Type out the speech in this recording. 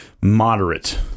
moderate